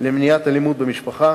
למניעת אלימות במשפחה